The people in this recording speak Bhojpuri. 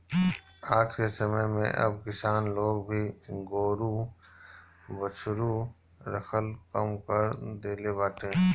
आजके समय में अब किसान लोग भी गोरु बछरू रखल कम कर देले बाटे